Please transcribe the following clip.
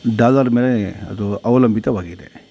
dollar ಮೇಲೆ ಅದು ಅವಲಂಬಿತವಾಗಿದೆ